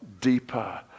deeper